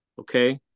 okay